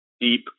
deep